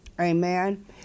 Amen